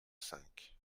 cinq